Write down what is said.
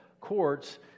courts